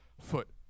foot